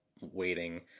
waiting